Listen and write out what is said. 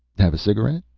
have a cigarette?